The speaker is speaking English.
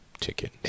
chicken